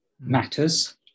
matters